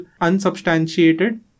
unsubstantiated